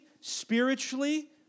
spiritually